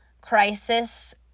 crisis